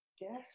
Yes